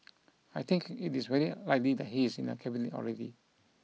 I think it is very likely that he is in the Cabinet already